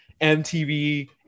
MTV